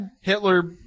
Hitler